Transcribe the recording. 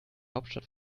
hauptstadt